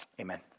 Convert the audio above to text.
amen